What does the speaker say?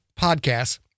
podcasts